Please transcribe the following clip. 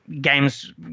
games